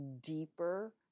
deeper